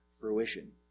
fruition